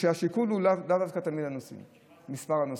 והשיקול הוא לאו דווקא תמיד מספר הנוסעים.